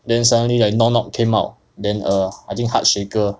then suddenly like knock knock came out then err I think heart shaker